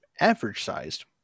average-sized